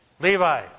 Levi